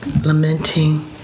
Lamenting